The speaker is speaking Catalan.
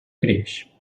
creix